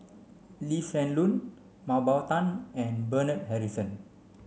Lee Hsien Loong Mah Bow Tan and Bernard Harrison